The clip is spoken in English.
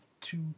two